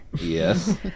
Yes